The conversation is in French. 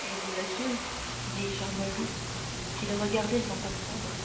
je vous assure dit charmolue qui le regardait sans comprendre